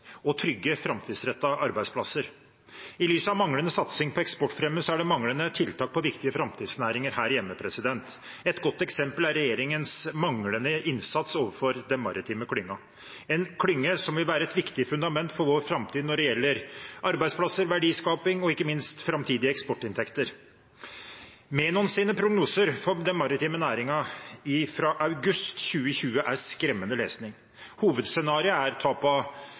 og trygge, framtidsrettede arbeidsplasser. I lys av manglende satsing på eksportfremme er det manglende tiltak for viktige framtidsnæringer her hjemme. Et godt eksempel er regjeringens manglende innsats overfor den maritime klyngen, en klynge som vil være et viktig fundament for vår framtid når det gjelder arbeidsplasser, verdiskaping og ikke minst framtidige eksportinntekter. Menons prognoser for den maritime næringen fra august 2020 er skremmende lesning. Hovedscenarioet er tap av